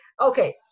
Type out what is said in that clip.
Okay